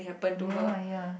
ya ya